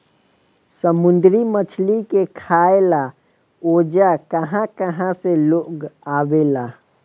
समुंद्री मछली के खाए ला ओजा कहा कहा से लोग आवेला